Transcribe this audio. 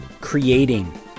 creating